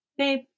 Babe